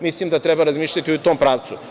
Mislim da treba razmišljati u tom pravcu.